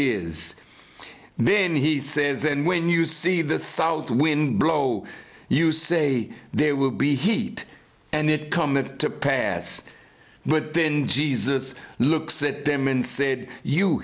then he says and when you see the south wind blow you say there will be heat and it cometh to pass but then jesus looks at them and said you